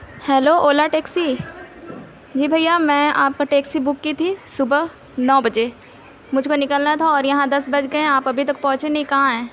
hello Ola taxi جی بھیا میں آپ کا ٹیکسی بک کی تھی صبح نو بجے مجھ کو نکلنا تھا اور یہاں دس بج گئے ہیں آپ ابھی تک پہنچے نہیں کہاں ہیں